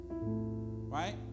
right